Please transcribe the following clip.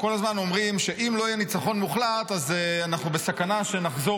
כל הזמן אומרים שאם לא יהיה ניצחון מוחלט אז אנחנו בסכנה שנחזור